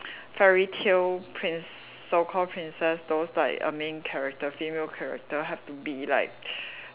fairy tale princ~ so called princess those like err main character female character have to be like